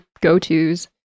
go-tos